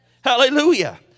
Hallelujah